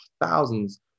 thousands